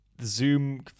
Zoom